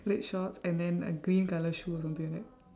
red shorts and then a green colour shoe or something like that